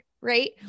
right